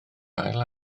ail